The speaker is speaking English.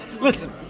listen